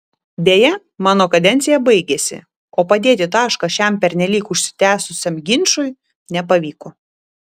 deja mano kadencija baigėsi o padėti tašką šiam pernelyg užsitęsusiam ginčui nepavyko